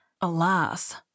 Alas